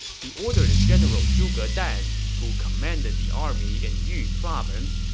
he ordered the general zhuge dan, who commanded the army in yu province,